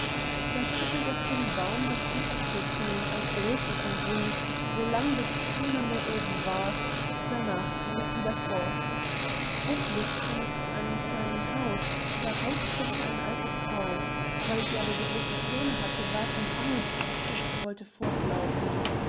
da schüttelt es den baum daß die aepfel fielen als regenten sie solang bis keiner mehr oben war darnach ging es wieder fort endlich kam es zu einem kleinen haus daraus guckte eine alte frau weil sie aber so große zähne hatte ward ihm angst und es wollte fortlaufen